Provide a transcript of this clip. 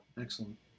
Excellent